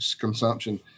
consumption